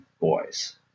boys